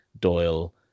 Doyle